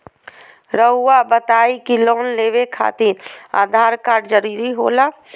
रौआ बताई की लोन लेवे खातिर आधार कार्ड जरूरी होला?